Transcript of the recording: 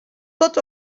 tots